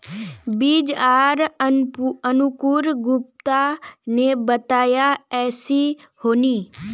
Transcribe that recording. बीज आर अंकूर गुप्ता ने बताया ऐसी होनी?